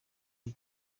iyi